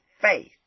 faith